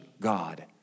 God